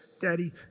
Daddy